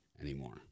anymore